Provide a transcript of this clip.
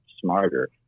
smarter